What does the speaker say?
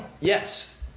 Yes